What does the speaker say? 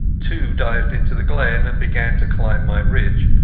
two dived into the glen and began to climb my ridge,